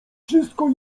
wszystko